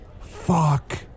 Fuck